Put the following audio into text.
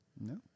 no